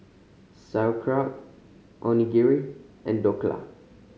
Sauerkraut Onigiri and Dhokla